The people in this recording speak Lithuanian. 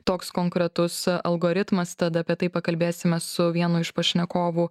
toks konkretus algoritmas tad apie tai pakalbėsime su vienu iš pašnekovų